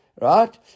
right